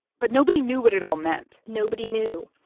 but nobody knew what it all meant nobody knew.